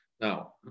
Now